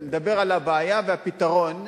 לדבר על הבעיה והפתרון.